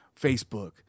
Facebook